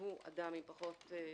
שהוא אדם עם פחות השכלה,